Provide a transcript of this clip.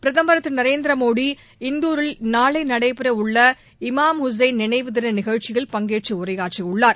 பிரதமர் திரு நரேந்திரமோடி இந்தூரில் நாளை நடைபெறவுள்ள இமாம் ஹுசைன் நினைவு தின நிகழ்ச்சியில் பங்கேற்று உரையாற்றவுள்ளார்